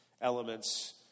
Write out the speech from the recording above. Elements